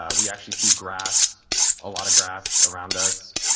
ah we actually see grass a lot of grass around us.